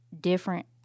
different